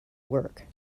work